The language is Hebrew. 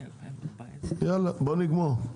יאללה, בואו נגמור.